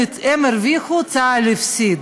הן הרוויחו, צה"ל הפסיד.